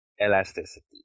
Elasticity